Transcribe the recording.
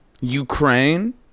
Ukraine